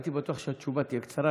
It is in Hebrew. הייתי בטוח שהתשובה תהיה קצרה.